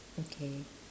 okay